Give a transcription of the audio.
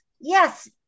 yes